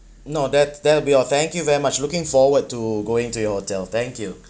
no that that'll all thank you very much looking forward to going to your hotel thank you